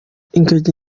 ingagi